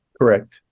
correct